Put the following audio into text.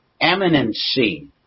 eminency